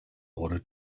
order